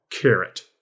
carrot